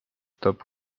toob